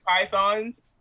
pythons